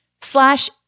slash